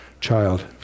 child